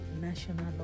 national